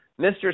Mr